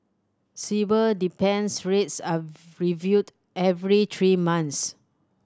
Sibor dependent rates are reviewed every three months